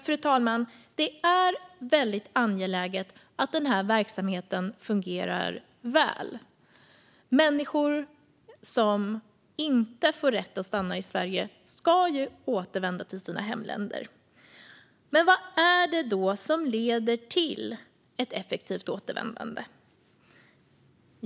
Fru talman! Det är väldigt angeläget att den här verksamheten fungerar väl. Människor som inte får rätt att stanna i Sverige ska ju återvända till sina hemländer. Men vad är det då som leder till ett effektivt återvändande?